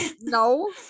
No